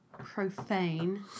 Profane